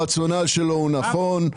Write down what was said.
הרציונל שלו הוא נכון,